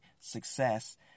success